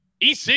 EC